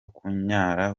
kunyara